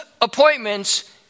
appointments